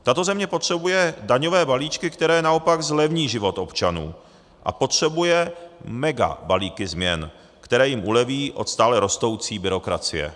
Tato země potřebuje daňové balíčky, které naopak zlevní život občanů, a potřebuje megabalíky změn, které jim uleví od stále rostoucí byrokracie.